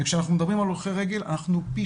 וכשאנחנו מדברים על הולכי רגל אנחנו בפי